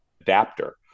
adapter